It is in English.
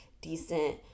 decent